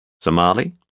Somali